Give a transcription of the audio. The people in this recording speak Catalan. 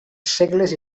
segles